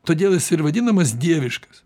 todėl jis ir vadinamas dieviškas